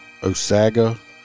Osaga